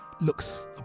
looks